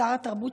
שר התרבות,